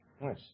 Nice